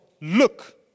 Look